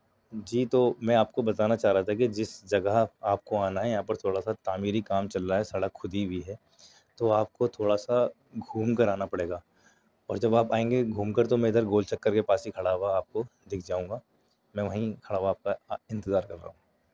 جی تو میں آپ کو بتانا چاہ رہا تھا کہ جس جگہ آپ کو آنا ہے یہاں پر تھوڑا سا تعمیری کام چل رہا ہے سڑک کھدی ہوئی ہے تو آپ کو تھوڑا سا گھوم کر آنا پڑے گا اور جب آپ آئیں گے گھوم کر تو میں ادھر گول چکر کے پاس ہی کھڑا ہوا آپ کو دکھ جاؤں گا میں وہیں کھڑا ہوا آپ کا انتظار کر رہا ہوں